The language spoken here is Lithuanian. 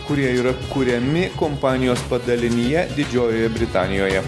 kurie yra kuriami kompanijos padalinyje didžiojoje britanijoje